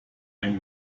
ein